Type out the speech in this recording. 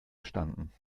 erstanden